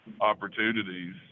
opportunities